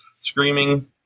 screaming